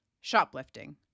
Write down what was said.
shoplifting